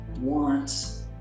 wants